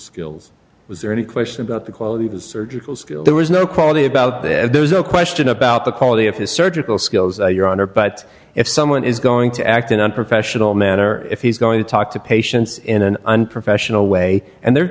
skills was there any question about the quality of the surgical skill there was no quality about there was no question about the quality of his surgical skills your honor but if someone is going to act in unprofessional manner if he's going to talk to patients in an unprofessional way and there's